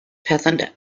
peasant